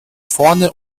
vorne